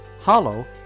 Hollow